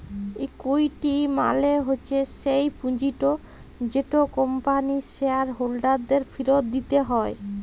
equity মালে হচ্যে স্যেই পুঁজিট যেট কম্পানির শেয়ার হোল্ডারদের ফিরত দিতে হ্যয়